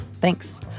Thanks